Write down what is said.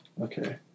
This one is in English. okay